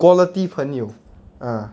quality 朋友 ah